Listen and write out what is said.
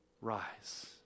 rise